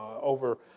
over